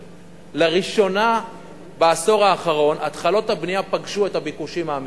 לראשונה בעשור האחרון התחלות הבנייה פגשו את הביקושים האמיתיים: